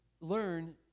learn